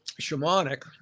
shamanic